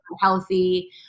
healthy